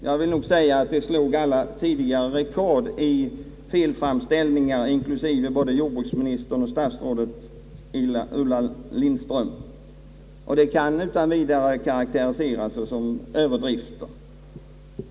Jag vill nog säga att detta slog alla tidigare rekord i felframställningar inklusive både jordbruksministerns och statsrådet Ulla Lindströms uttlanden, och det kan utan vidare karakteriseras såsom överdrifter.